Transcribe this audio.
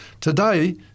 today